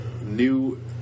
new